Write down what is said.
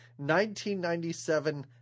1997